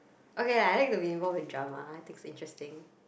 okay lah I like to be involve in drama I think it's interesting